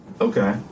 okay